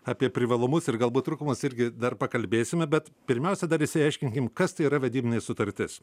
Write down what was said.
apie privalumus ir galbūt trūkumas irgi dar pakalbėsime bet pirmiausia išsiaiškinkim kas tai yra vedybinė sutartis